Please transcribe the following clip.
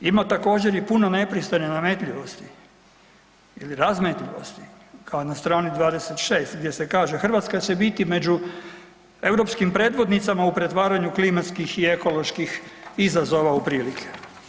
Ima također i puno nepristojnih nametljivosti ili razmetnosti kao na strani 26 gdje se kaže „Hrvatska će biti među europskim predvodnicama u pretvaranju klimatskih i ekoloških izazova u prilike“